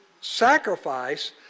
sacrifice